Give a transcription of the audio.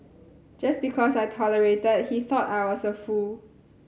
just because I tolerated he thought I was a fool